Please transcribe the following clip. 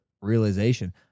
realization